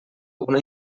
una